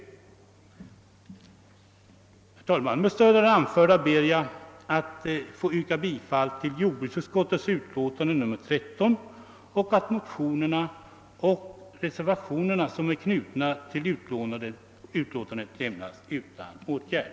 Herr talman! Med stöd av det anförda ber jag att få yrka bifall till vad jordbruksutskottet hemställt i sitt utlåtande nr 13 samtidigt som jag föreslår att de motioner och reservationer som är knutna till utlåtandet måtte lämnas utan åtgärd.